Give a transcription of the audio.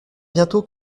bientôt